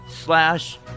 slash